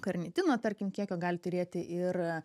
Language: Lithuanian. karnitino tarkim kiekio gali turėti ir